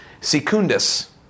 Secundus